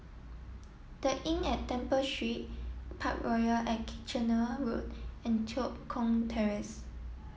the Inn at Temple Street Parkroyal at Kitchener Road and Tua Kong Terrace